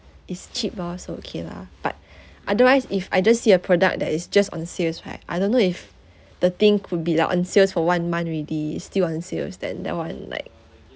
it's cheap loh so okay lah but otherwise if I just see a product that is just on sales right I don't know if the thing could be like on sales for one month already still on sales than that [one] like